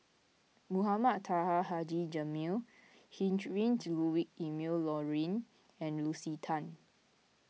Mohamed Taha Haji Jamil Heinrich Ludwig Emil Luering and Lucy Tan